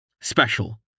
Special